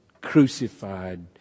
crucified